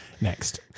Next